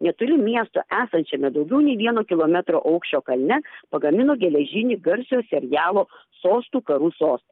netoli miesto esančiame daugiau nei vieno kilometro aukščio kalne pagamino geležinį garsiojo serialo sostų karų sostą